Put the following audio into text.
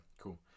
cool